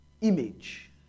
image